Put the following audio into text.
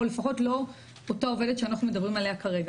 או לפחות אותה עובדת שאנחנו מדברים עליה כרגע.